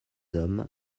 hommes